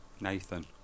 Nathan